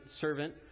servant